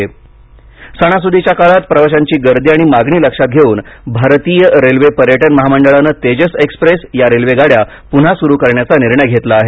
तेजस गाड़या सणासुदीच्या काळांत प्रवाशांची गर्दी आणि मागणी लक्षांत घेऊन भारतीय रेल्वे पर्यटन महामंडळानं तेजस एक्सप्रेस या रेल्वेगाड्या पुन्हा सुरु करण्याचा निर्णय घेतला आहे